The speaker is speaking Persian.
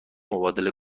مبادله